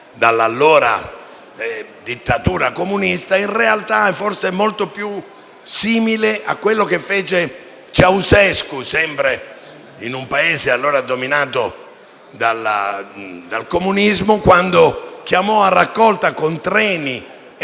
dall'allora dittatura comunista, in realtà è forse molto più simile a quello che fece Ceausescu, sempre in un Paese allora dominato dal comunismo, quando chiamò a raccolta con treni e